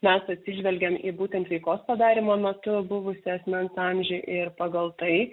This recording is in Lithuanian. mes atsižvelgiam į būtent veikos padarymo metu buvusio asmens amžių ir pagal tai